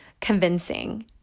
convincing